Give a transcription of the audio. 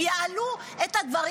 הם יעלו את הדברים.